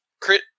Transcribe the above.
Crit